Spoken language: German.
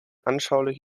anschaulich